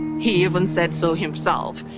he even said so himself.